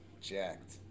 jacked